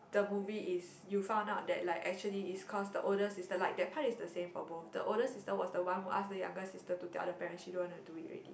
the movie is you found out that like actually is cause the older sister like that part it's the same for both the older sister was the one who ask the younger sister to tell the parents she don't want to do it already